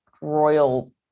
royal